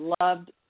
loved